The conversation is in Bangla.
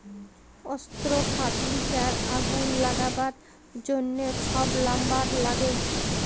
অস্ত্র, ফার্লিচার, আগুল জ্বালাবার জ্যনহ ছব লাম্বার ল্যাগে